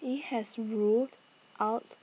IT has ruled out